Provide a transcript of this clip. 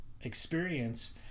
experience